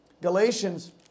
Galatians